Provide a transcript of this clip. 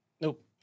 Nope